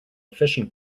fishing